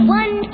one